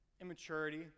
Immaturity